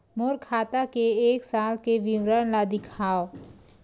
मोर खाता के एक साल के विवरण ल दिखाव?